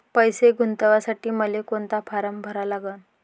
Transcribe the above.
पैसे गुंतवासाठी मले कोंता फारम भरा लागन?